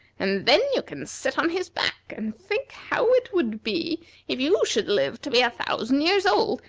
and then you can sit on his back and think how it would be if you should live to be a thousand years old,